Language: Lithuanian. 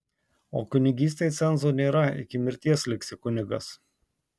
o kunigystei cenzo nėra iki mirties liksi kunigas